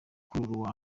ukururwa